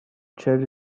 cherry